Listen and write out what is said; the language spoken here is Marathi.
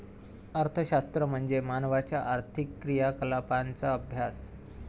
अर्थशास्त्र म्हणजे मानवाच्या आर्थिक क्रियाकलापांचा अभ्यास